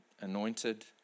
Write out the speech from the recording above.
anointed